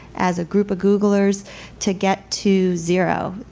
as a group of googlers to get to zero.